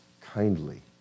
kindly